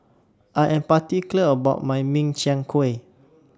I Am particular about My Min Chiang Kueh